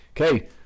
Okay